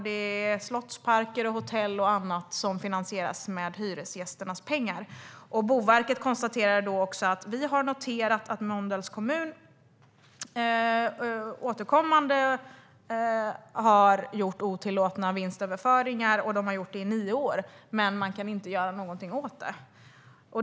Det är slottsparker, hotell och annat som finansieras med hyresgästernas pengar. Boverket konstaterar att de har noterat att Mölndals kommun återkommande har gjort otillåtna vinstöverföringar, och har gjort det i nio år, men att de kan inte göra någonting åt det.